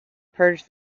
purge